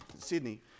Sydney